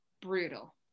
brutal